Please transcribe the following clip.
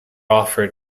offered